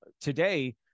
today